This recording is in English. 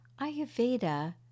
Ayurveda